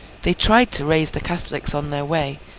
they tried to raise the catholics on their way,